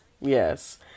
yes